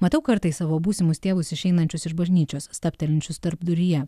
matau kartais savo būsimus tėvus išeinančius iš bažnyčios stabtelinčius tarpduryje